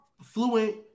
fluent